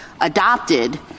adopted